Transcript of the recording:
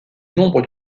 nombre